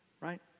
right